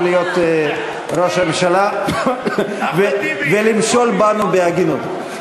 להיות ראש הממשלה ולמשול בנו בהגינות.